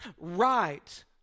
right